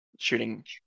shooting